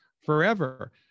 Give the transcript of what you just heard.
forever